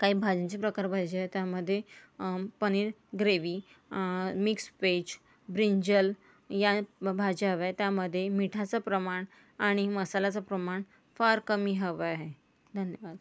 काही भाज्यांचे प्रकार पाहिजे त्यामध्ये paneer gravy mix veg brinjal या भाज्या हव्यात त्यामध्ये मिठाचं प्रमाण आणि मसाल्याचं प्रमाण फार कमी हवं आहे धन्यवाद